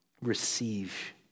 receive